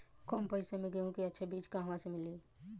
कम पैसा में गेहूं के अच्छा बिज कहवा से ली?